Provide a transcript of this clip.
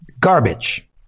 garbage